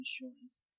insurance